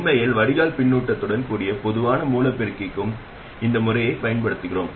உண்மையில் வடிகால் பின்னூட்டத்துடன் கூடிய பொதுவான மூல பெருக்கிக்கும் இந்த முறையைப் பயன்படுத்துகிறோம்